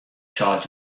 charge